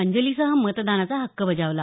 अंजलीसह मतदानाचा हक्क बजावला